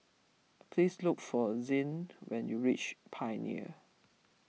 please look for Zed when you reach Pioneer